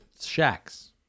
Shacks